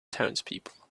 townspeople